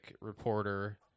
reporter